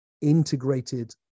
integrated